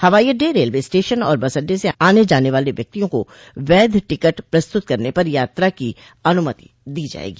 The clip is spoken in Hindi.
हवाई अड्डे रेलवे स्टेशन और बस अड्डे से आने जाने वाले व्यक्तियों को वैध टिकट प्रस्तुत करने पर यात्रा की अनुमति दी जाएगी